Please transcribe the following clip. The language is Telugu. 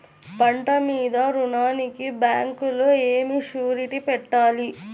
పంట మీద రుణానికి బ్యాంకులో ఏమి షూరిటీ పెట్టాలి?